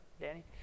Danny